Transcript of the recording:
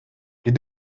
les